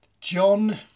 John